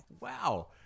Wow